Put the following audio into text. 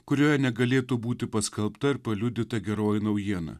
kurioje negalėtų būti paskelbta ir paliudyta geroji naujiena